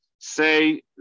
say